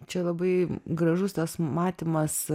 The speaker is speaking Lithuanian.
čia labai gražus tas matymas